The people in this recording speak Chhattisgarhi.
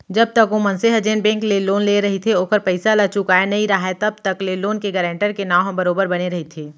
जब तक ओ मनसे ह जेन बेंक ले लोन लेय रहिथे ओखर पइसा ल चुकाय नइ राहय तब तक ले लोन के गारेंटर के नांव ह बरोबर बने रहिथे